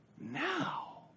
now